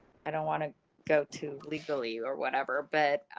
i don't want to go to legally or whatever, but.